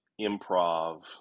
improv